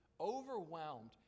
overwhelmed